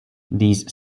these